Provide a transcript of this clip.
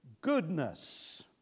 goodness